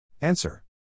Answer